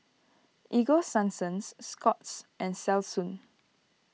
Ego Sunsense Scott's and Selsun